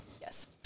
Yes